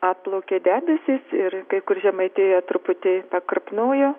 atplaukė debesys ir kai kur žemaitijoje truputį pakrapnojo